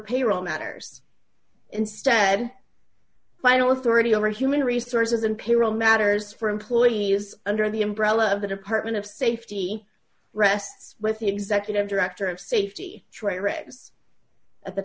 payroll matters instead final authority over human resources and payroll matters for employees under the umbrella of the department of safety rests with the executive director of safety